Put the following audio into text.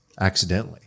accidentally